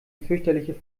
fürchterliche